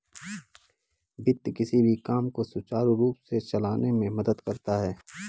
वित्त किसी भी काम को सुचारू रूप से चलाने में मदद करता है